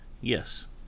yes